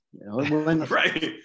Right